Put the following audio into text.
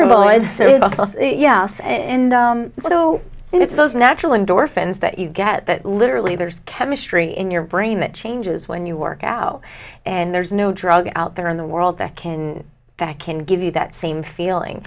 voice yes and so it's those natural endorphins that you get that literally there's chemistry in your brain that changes when you work out and there's no drug out there in the world that can i can give you that same feeling